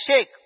shake